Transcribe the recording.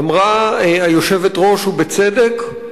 אמרה היושבת-ראש, ובצדק,